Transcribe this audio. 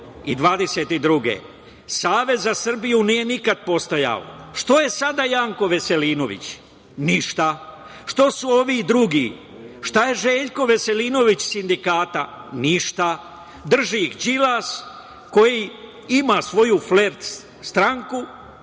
godine. Savez za Srbiju nije nikada postojao. Šta je sada Janko Veselinović? Ništa. Šta su ovi drugi? Šta je Željko Veselinović iz sindikata? Ništa. Drži ih Đilas koji ima svoju flert stranku,